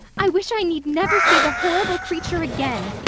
i wish i need never see the horrible creature again,